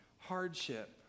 Hardship